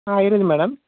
ஆ இருக்குது மேடம்